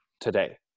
today